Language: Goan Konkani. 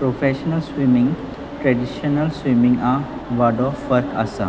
प्रोफेशनल स्विमींग ट्रेडिशनल स्विमींगाक वाडो फर्क आसा